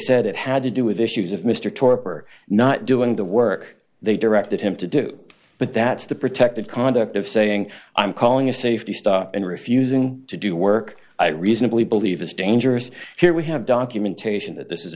said it had to do with issues of mr torpor not doing the work they directed him to do but that's the protected conduct of saying i'm calling a safety stop and refusing to do work i reasonably believe is dangerous here we have documentation that this is